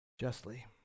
justly